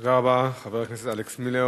תודה רבה לחבר הכנסת אלכס מילר.